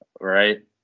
Right